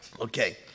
Okay